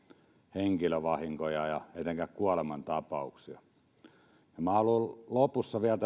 henkilövahinkoja ja ja etenkään kuolemantapauksia ja minä haluan lopussa tässä vielä